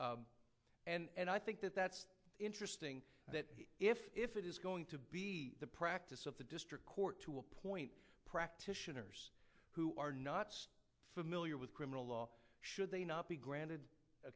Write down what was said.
and i think that that's interesting that if if it is going to be the practice of the district court to appoint practitioners who are not familiar with criminal law should they not be